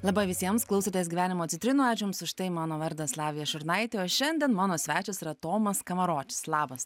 laba visiems klausotės gyvenimo citrinų ačiū jums už tai mano vardas lavija šurnaitė o šiandien mano svečias yra tomas skamaročius labas